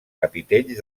capitells